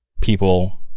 people